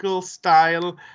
style